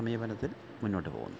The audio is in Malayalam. സമീപനത്തില് മുന്നോട്ടുപോകുന്നു